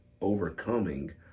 overcoming